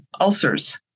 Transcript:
ulcers